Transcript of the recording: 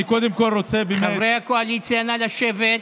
חברי הקואליציה, נא לשבת.